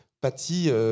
Patty